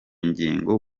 ngingo